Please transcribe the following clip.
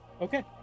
Okay